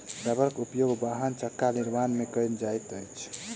रबड़क उपयोग वाहनक चक्का निर्माण में कयल जाइत अछि